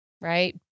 right